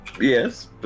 Yes